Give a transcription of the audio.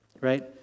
right